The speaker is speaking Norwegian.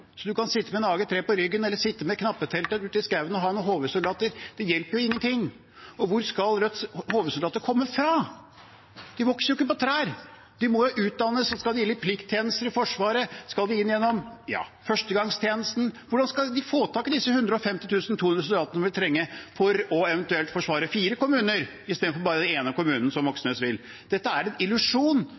kan sitte med en AG-3 på ryggen eller sitte med knappeteltet ute i skauen og ta inn HV-soldater, og det hjelper ingenting. Hvor skal Rødts HV-soldater komme fra? De vokser jo ikke på trær. De må utdannes. Skal de inn i plikttjeneste i Forsvaret? Skal de inn gjennom førstegangstjenesten? Hvordan skal de få ta i disse 150 000–200 000 soldatene vi vil trenge for eventuelt å forsvare fire kommuner i stedet for bare den ene kommunen, slik Moxnes vil? Dette er en illusjon.